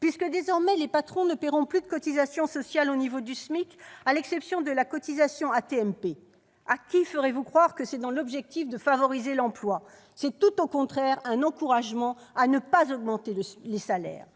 puisque désormais les patrons ne paieront plus de cotisations sociales au niveau du SMIC, à l'exception de la cotisation AT-MP. À qui ferez-vous croire que c'est dans l'objectif de favoriser l'emploi ? C'est tout au contraire un encouragement à ne pas augmenter les salaires